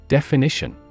Definition